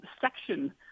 section